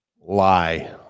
lie